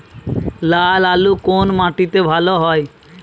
লাল আলু কোন মাটিতে ভালো হয়?